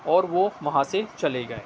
اور وہ وہاں سے چلے گئے